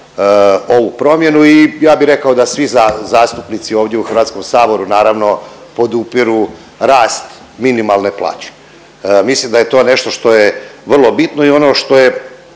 ovu promjenu i ja bi rekao da svi zastupnici ovdje u HS-u naravno podupiru rast minimalne plaće. Mislim da je to nešto što je vrlo bitno i ono što je